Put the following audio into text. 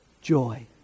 Joy